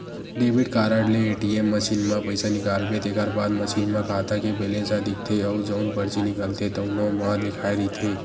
debit card ले ATM machine म पइसा निकालबे तेखर बाद मसीन म खाता के बेलेंस ह दिखथे अउ जउन परची निकलथे तउनो म लिखाए रहिथे